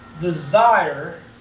desire